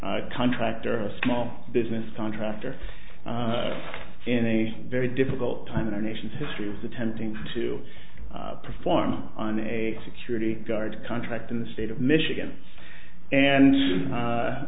a contractor or small business contractor in a very difficult time in our nation's history was attempting to perform on a security guard contract in the state of michigan and